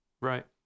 Right